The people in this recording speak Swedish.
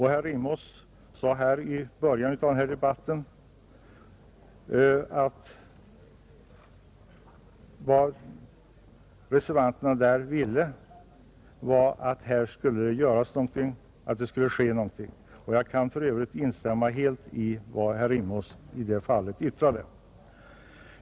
Herr Rimås sade i början av den här debatten att vad reservanterna ville var att här skulle ske någonting. Jag kan instämma helt i vad han i det avseendet yttrade.